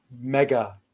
mega